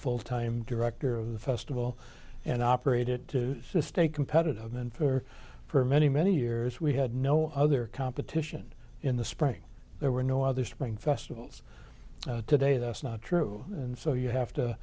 full time director of the festival and operate it to stay competitive and for for many many years we had no other competition in the spring there were no other spring festivals today that's not true and so you have to